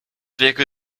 wäre